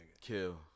Kill